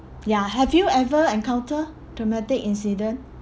ya have you ever encounter traumatic incident